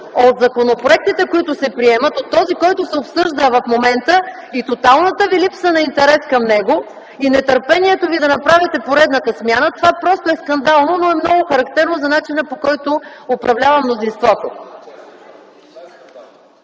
от законопроектите, които се приемат – този, който се обсъжда в момента, и тоталната ви липса на интерес към него, и нетърпението да направите поредната смяна, това е просто скандално, но е много характерно за начина, по който управлява мнозинството.